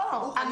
אני יודע.